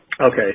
Okay